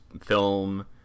film